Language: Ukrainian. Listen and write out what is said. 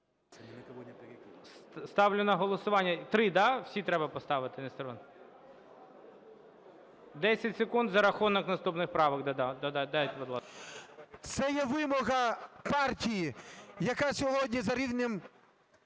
Це є вимога партії, яка сьогодні за рівнем